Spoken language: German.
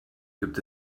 gibt